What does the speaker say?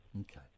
Okay